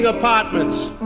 Apartments